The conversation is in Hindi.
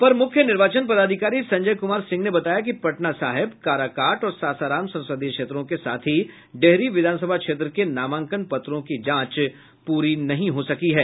अपर मुख्य निर्वाचन पदाधिकारी संजय कुमार सिंह ने बताया कि पटना साहिब काराकाट और सासाराम संसदीय क्षेत्रों के साथ ही डेहरी विधानसभा क्षेत्र के नामांकन पत्रों की जांच पूरी नहीं हो सकी है